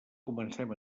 comencem